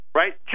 right